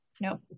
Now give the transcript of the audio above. nope